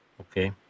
Okay